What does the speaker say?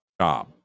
job